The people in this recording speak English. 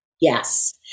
Yes